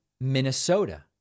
Minnesota